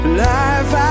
life